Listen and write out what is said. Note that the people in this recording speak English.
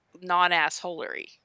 non-assholery